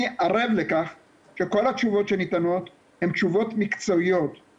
אני ערב לכך שכל התשובות שניתנות הן תשובות מקצועיות,